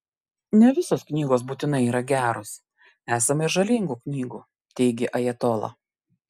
ne visos knygos būtinai yra geros esama ir žalingų knygų teigė ajatola